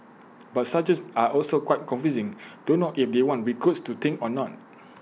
but sergeants are also quite confusing don't know if they want recruits to think or not